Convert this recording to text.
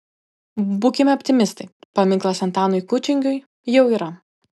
būkime optimistai paminklas antanui kučingiui jau yra